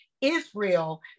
Israel